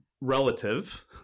relative